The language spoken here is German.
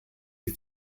sie